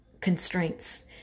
constraints